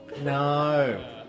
No